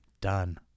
done